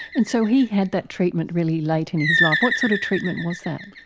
and so he had that treatment really late in his life. what sort of treatment was that?